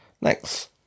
Next